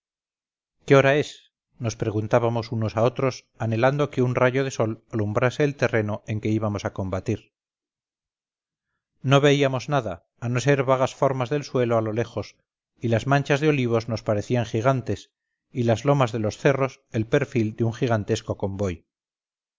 qué hora es nos preguntábamos unos a otros anhelando que un rayo de sol alumbrase el terreno en que íbamos a combatir no veíamos nada a no ser vagas formas del suelo a lo lejos y las manchas de olivos nos parecían gigantes y las lomas de los cerros el perfil de un gigantesco convoy